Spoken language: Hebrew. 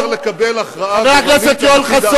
אבל לא במשטר, חבר הכנסת מולה,